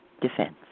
Defense